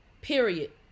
Period